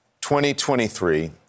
2023